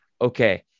Okay